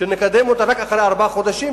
שנקדם אותה רק אחרי ארבעה חודשים,